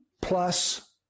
plus